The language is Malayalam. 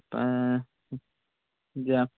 അപ്പോൾ ജ